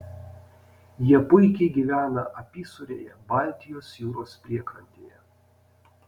jie puikiai gyvena apysūrėje baltijos jūros priekrantėje